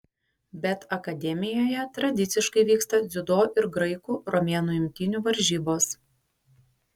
bet akademijoje tradiciškai vyksta dziudo ir graikų romėnų imtynių varžybos